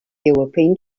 european